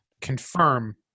confirm